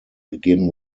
begin